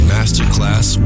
Masterclass